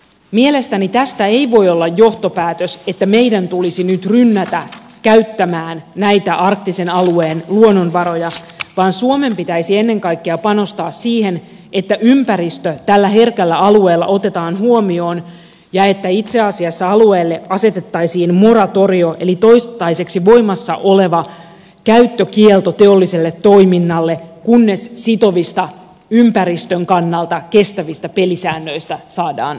mielestäni tästä ei voi olla johtopäätös että meidän tulisi nyt rynnätä käyttämään näitä arktisen alueen luonnonvaroja vaan suomen pitäisi ennen kaikkea panostaa siihen että ympäristö tällä herkällä alueella otetaan huomioon ja että itse asiassa alueelle asetettaisiin moratorio eli toistaiseksi voimassa oleva käyttökielto teolliselle toiminnalle kunnes sitovista ympäristön kannalta kestävistä pelisäännöistä saadaan sovituksi